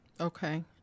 Okay